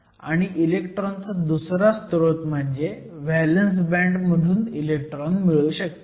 आणि इलेक्ट्रॉनचा दुसरा स्रोत म्हणजे व्हॅलंस बँड मधून इलेक्ट्रॉन मिळू शकतात